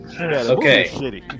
Okay